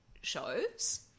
shows